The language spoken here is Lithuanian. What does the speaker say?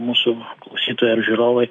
mūsų klausytojai ar žiūrovai